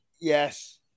yes